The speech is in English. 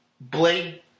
Blade